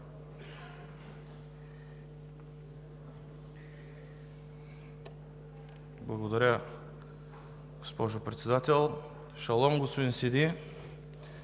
Благодаря, госпожо Председател. Шалом, господин Сиди!